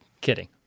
kidding